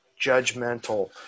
judgmental